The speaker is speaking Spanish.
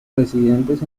residentes